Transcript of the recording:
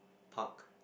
park